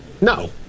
No